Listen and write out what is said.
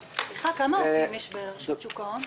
סליחה, כמה עובדים יש ברשות שוק ההון?